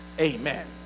Amen